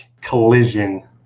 collision